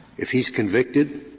if he is convicted,